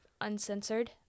uncensored